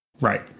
right